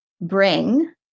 bring